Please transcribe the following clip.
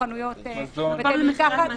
בתי מרקחת,